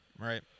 right